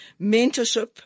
mentorship